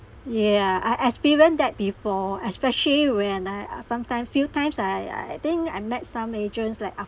yeah I experienced that before especially when I ah sometime few times I I think I met some agents like after